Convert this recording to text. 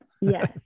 Yes